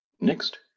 Next